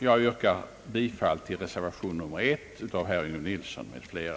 Jag yrkar bifall till den med 1 betecknade reservationen av herr Yngve Nilsson m.fl.